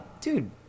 dude